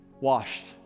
washed